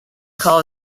call